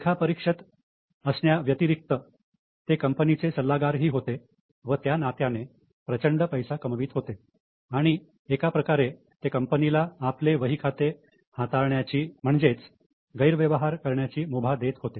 लेखा परीक्षक असण्या व्यतिरिक्त ते कंपनीचे सल्लागारही होते व त्या नात्याने प्रचंड पैसा कमवीत होते आणि एका प्रकारे ते कंपनीला आपले वही खाते हाताळण्याची म्हणजेच गैरव्यवहार करण्याची मुभा देत होते